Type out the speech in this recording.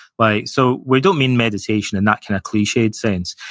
but so, we don't mean meditation in that kind of cliched sense,